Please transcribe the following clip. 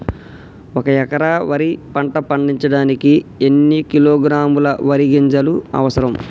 ఒక్క ఎకరా వరి పంట పండించడానికి ఎన్ని కిలోగ్రాముల వరి గింజలు అవసరం?